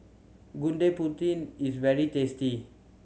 Gudeg Putih is very tasty